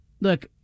Look